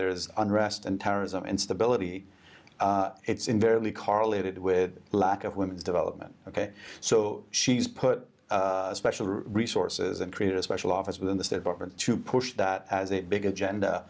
there is unrest and terrorism instability it's invariably correlated with lack of women's development ok so she's put special resources and create a special office within the state department to push that as a big agenda